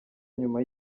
nyuma